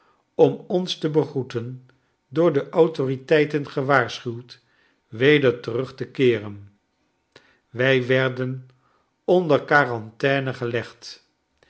om ons te begroeten door de autoriteiten gewaarschuwd weder terug te keeren wij werden onder quarantaine gelegd